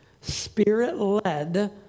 spirit-led